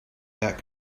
that